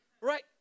right